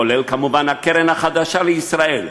כולל כמובן הקרן החדשה לישראל.